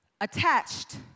Attached